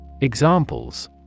Examples